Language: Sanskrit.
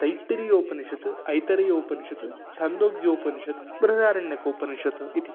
तैत्तिरियोपनिषत् ऐतरेयोपनिषत् छान्दोग्योपनिषत् बृहदारण्यकोपनिषत् इति